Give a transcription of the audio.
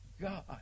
God